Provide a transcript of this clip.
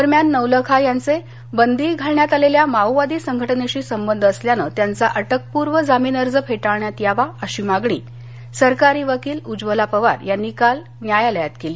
दरम्यान नवलखा यांचे बंदी घालण्यात आलेल्या माओवादी संघटनेशी संबंध असल्यानं त्यांचा अटकपूर्व जामीन अर्ज फेटाळण्यात यावा अशी मागणी सरकारी वकील उज्ज्वला पवार यांनी काल न्यायालयात केली